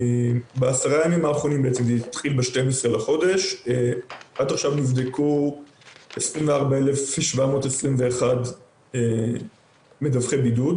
מה-12 בנובמבר נבדקו בבדיקה ראשונה 24,721 מדווחי בידוד.